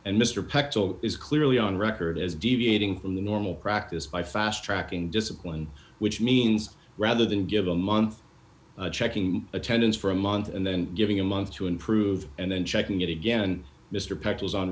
pectoral is clearly on record as deviating from the normal practice by fast tracking discipline which means rather than give a month checking attendance for a month and then giving a month to improve and then checking it again mr peck was on